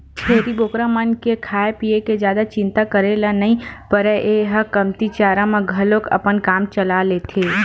छेरी बोकरा मन के खाए पिए के जादा चिंता करे ल नइ परय ए ह कमती चारा म घलोक अपन काम चला लेथे